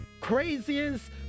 craziest